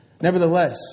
Nevertheless